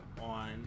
on